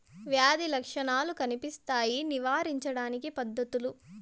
వ్యాధి లక్షణాలు కనిపిస్తాయి నివారించడానికి పద్ధతులు?